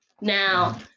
Now